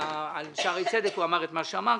על שערי צדק הוא אמר את מה שאמר,